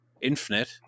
Infinite